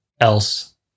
else